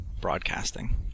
broadcasting